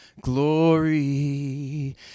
glory